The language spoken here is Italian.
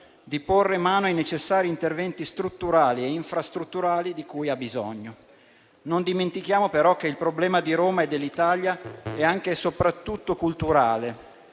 di porre mano ai necessari interventi strutturali e infrastrutturali di cui ha bisogno. Non dimentichiamo, però, che il problema di Roma e dell'Italia è anche e soprattutto culturale.